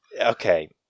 Okay